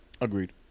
Agreed